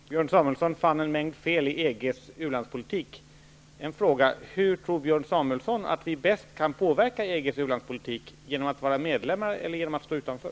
Herr talman! Björn Samuelson fann en mängd fel i EG:s u-landspolitik. En fråga: Hur tror Björn Samuelson att vi bäst kan påverka EG:s ulandspolitik -- genom att vara medlemmar, eller genom att stå utanför?